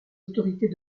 autorités